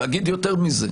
אני אגיד יותר מזה.